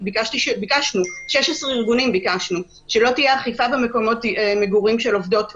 ביקשנו 16 ארגונים שלא תהיה אכיפה במקומות המגורים של עובדות מין,